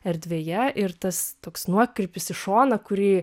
erdvėje ir tas toks nuokrypis į šoną kurį